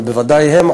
אבל בוודאי הם.